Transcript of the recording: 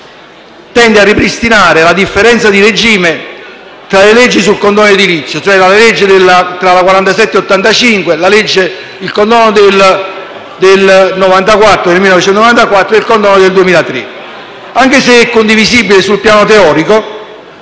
tende a ripristinare la differenza di regime tra le leggi sul condono edilizio, cioè tra la legge n. 47 del 1985, il condono del 1994 e il condono del 2003. Anche se è condivisibile sul piano teorico